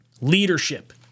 leadership